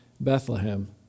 Bethlehem